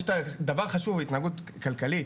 יש דבר חשוב התנהגות כלכלית,